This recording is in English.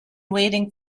waiting